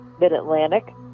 Mid-Atlantic